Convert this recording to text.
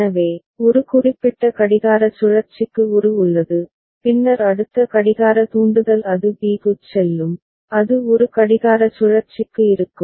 எனவே ஒரு குறிப்பிட்ட கடிகார சுழற்சிக்கு ஒரு உள்ளது பின்னர் அடுத்த கடிகார தூண்டுதல் அது b க்குச் செல்லும் அது ஒரு கடிகார சுழற்சிக்கு இருக்கும்